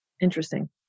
Interesting